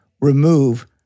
remove